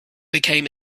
became